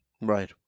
Right